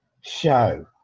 show